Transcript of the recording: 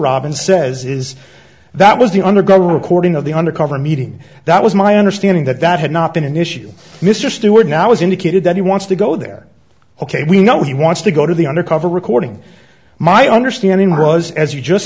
robin says is that was the undergo recording of the undercover meeting that was my understanding that that had not been an issue mr stewart now has indicated that he wants to go there ok we know he wants to go to the undercover recording my understanding was as you just